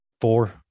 Four